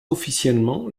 officiellement